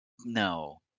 No